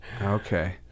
Okay